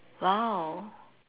!wow!